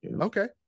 Okay